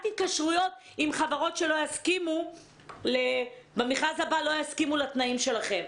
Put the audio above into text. התקשרויות עם חברות שבמכרז הבא לא יסכימו לתנאים שלכם.